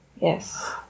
yes